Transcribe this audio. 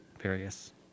various